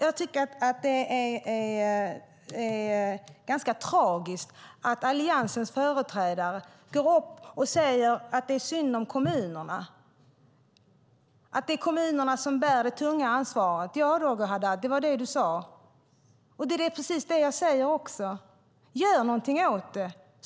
Jag tycker att det är ganska tragiskt att Alliansens företrädare säger att det synd om kommunerna och att det är kommunerna som bär det tunga ansvaret. Ja, Roger Haddad, det var det du sade, och det är precis det jag säger också. Gör någonting åt det!